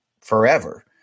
forever